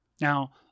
Now